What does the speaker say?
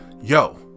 yo